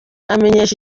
amenyesha